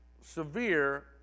severe